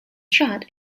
shot